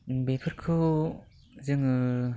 बेफोरखौ जोङो